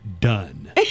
done